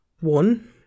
One